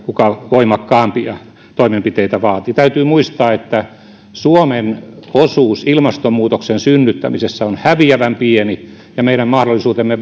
kuka voimakkaampia toimenpiteitä vaatii täytyy muistaa että suomen osuus ilmastonmuutoksen synnyttämisessä on häviävän pieni ja myös meidän mahdollisuutemme